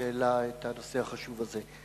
שהעלה את הנושא החשוב הזה.